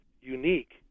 unique